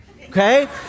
Okay